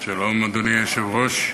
שלום, אדוני היושב-ראש,